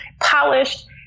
polished